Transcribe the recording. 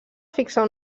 fixar